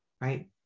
Right